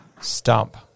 Stump